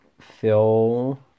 Phil